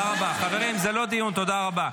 חברים, זה לא דיון, תודה רבה.